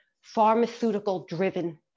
pharmaceutical-driven